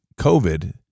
COVID